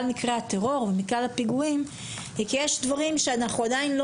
מקרי הטרור או מכלל הפיגועים היא כי יש דברים שאנחנו עדיין לא